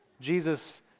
Jesus